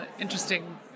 interesting